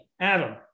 Adam